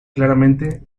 claramente